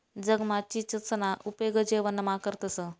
जगमा चीचसना उपेग जेवणमा करतंस